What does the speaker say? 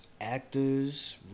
actors